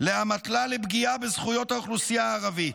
לאמתלה לפגיעה בזכויות האוכלוסייה הערבית.